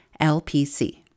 LPC